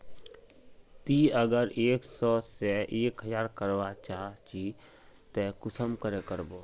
ती अगर एक सो से एक हजार करवा चाँ चची ते कुंसम करे करबो?